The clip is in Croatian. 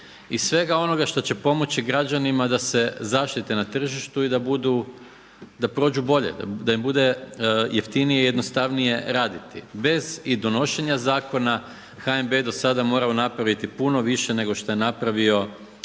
i svega onoga što će pomoći građanima da se zaštite na tržištu i da budu, da prođu bolje, da im bude jeftinije i jednostavnije raditi bez i donošenja zakona HNB je morao do sada napraviti puno više nego što je napravio po